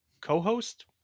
co-host